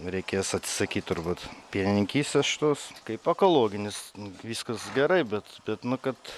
reikės atsisakyt turbūt pienininkystės šitos kaip ekologinis nu viskas gerai bet bet nu kad